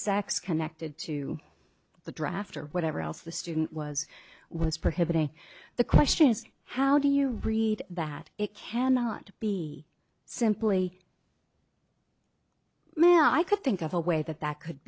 sex connected to the draft or whatever else the student was was prohibited the question is how do you read that it cannot be simply i could think of a way that that could